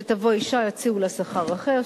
כשתבוא אשה יציעו לה שכר אחר,